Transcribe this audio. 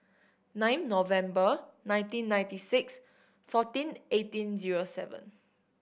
nine November nineteen ninety six fourteen eighteen zero seven